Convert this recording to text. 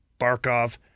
Barkov